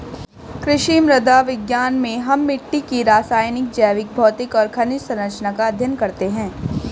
कृषि मृदा विज्ञान में हम मिट्टी की रासायनिक, जैविक, भौतिक और खनिज सरंचना का अध्ययन करते हैं